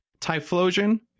Typhlosion